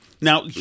Now